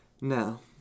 Now